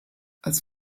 als